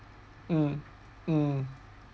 um um